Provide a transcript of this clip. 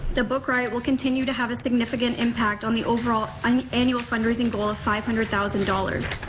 the book riot will continue to have a significant impact on the overall and annual fundraising goal of five hundred thousand dollars.